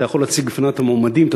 אתה יכול להציג בפניו את המועמדים,